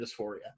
dysphoria